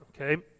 okay